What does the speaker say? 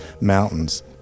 Mountains